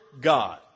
God